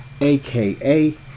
aka